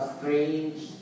strange